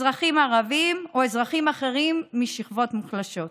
אזרחים ערבים או אזרחים אחרים משכבות מוחלשות.